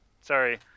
Sorry